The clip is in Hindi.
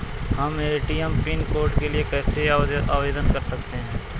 हम ए.टी.एम पिन कोड के लिए कैसे आवेदन कर सकते हैं?